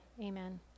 Amen